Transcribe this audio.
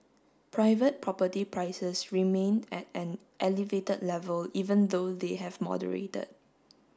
private property prices remained at an elevated level even though they have moderated